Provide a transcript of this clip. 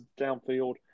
downfield